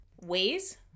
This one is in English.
ways